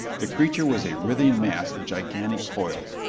the creature was a writhing mass of gigantic coils.